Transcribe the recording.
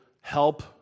help